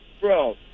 Bro